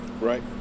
Right